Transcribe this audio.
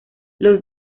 los